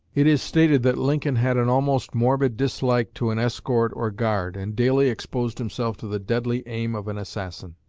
it is stated that lincoln had an almost morbid dislike to an escort, or guard, and daily exposed himself to the deadly aim of an assassin.